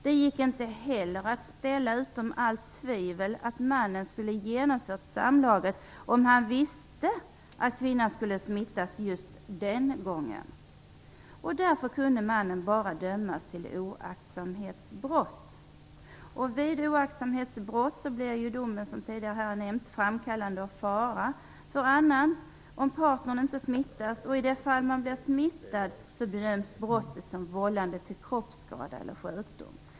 Det gick inte heller att ställa utom allt tvivel att mannen skulle ha genomfört samlaget om han hade vetat att kvinnan skulle smittas just den gången. Därför kunde mannen bara dömas för oaktsamhetsbrott. Vid oaktsamhetsbrott blir domen - som tidigare har nämnts - framkallande av fara för annan om partnern inte smittas, och i de fall partnern blir smittad bedöms brottet som vållande till kroppsskada eller sjukdom.